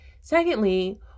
Secondly